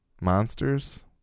monsters